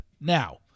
now